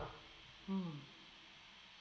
mm